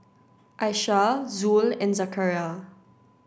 Aisyah Zul and Zakaria